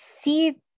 see